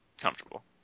Comfortable